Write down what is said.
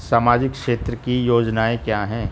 सामाजिक क्षेत्र की योजनाएं क्या हैं?